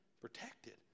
protected